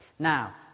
Now